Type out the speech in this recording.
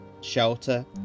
shelter